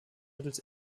mittels